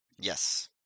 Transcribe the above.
Yes